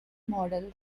model